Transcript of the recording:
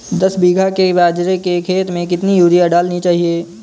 दस बीघा के बाजरे के खेत में कितनी यूरिया डालनी चाहिए?